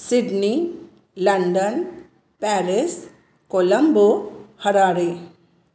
Sydney London Paris Colombo Harare